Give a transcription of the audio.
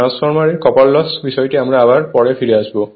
ট্রান্সফরমারে copper loss বিষয়টিতে আমরা আবার পরে ফিরে আসব